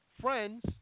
friends